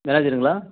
மேனேஜருங்களா